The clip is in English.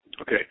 Okay